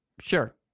Sure